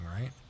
right